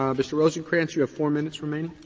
um mr. rosenkranz, you have four minutes remaining.